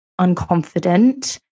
unconfident